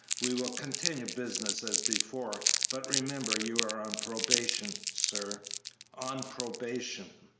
we will continue business as before but remember, you are on probation, sir on probation!